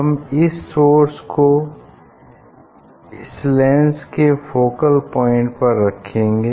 हम इस सोर्स को इस लेंस के फोकल प्वाइंट पर रखेंगे